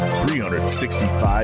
365